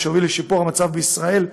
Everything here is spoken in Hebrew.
מה שהוביל לשיפור המצב בישראל,